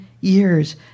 years